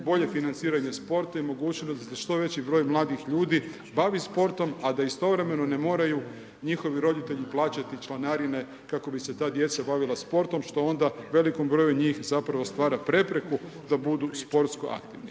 bolje financiranje sporta i mogućnost da se što veći broj mladih ljudi bavi sportom a da istovremeno ne moraju njihovi roditelji plaćati članarine kako bi se ta djeca bavila sportom što onda velikom broju njih zapravo stvara prepreku da budu sportsko aktivni.